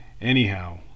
anyhow